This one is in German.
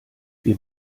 wir